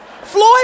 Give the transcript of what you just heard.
Floyd